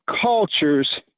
cultures